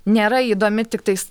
nėra įdomi tiktais